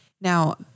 now